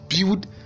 build